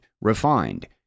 refined